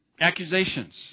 accusations